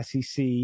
SEC